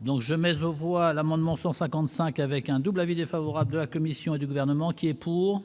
donc jamais aux voix l'amendement 155 avec un double avis défavorable de la Commission et du gouvernement qui est pour.